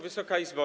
Wysoka Izbo!